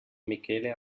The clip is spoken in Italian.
michele